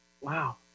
Wow